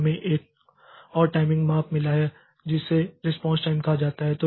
और हमें एक और टाइमिंग माप मिला है जिसे रिस्पांस टाइम कहा जाता है